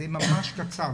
זה יהיה ממש קצר,